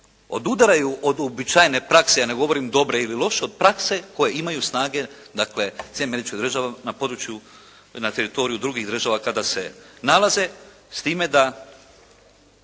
odudaraju od uobičajene prakse ne govorim dobre ili loše od prakse koje imaju snage dakle Sjedinjene Američke Države na području, na teritoriju drugih država kada se nalaze s time da